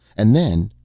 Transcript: and then.